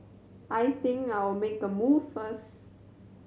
I think I'll make a move first